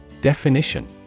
Definition